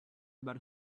about